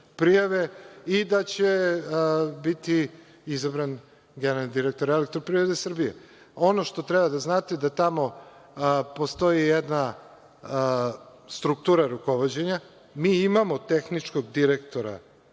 prijave i da će biti izabran generalni direktor „Elektroprivrede Srbije“. Ono što treba da znate, da tamo postoji jedna struktura rukovođenja. Mi imamo tehničkog direktora